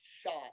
shot